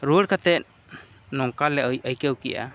ᱨᱩᱣᱟᱹᱲ ᱠᱟᱛᱮᱫ ᱱᱚᱝᱠᱟᱞᱮ ᱟᱹᱭᱠᱟᱹᱣ ᱠᱮᱫᱼᱟ